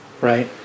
right